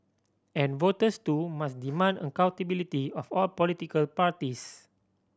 and voters too demand accountability of all political parties